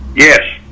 yes.